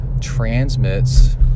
transmits